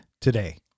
today